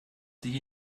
sich